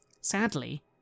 Sadly